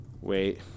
Wait